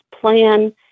plan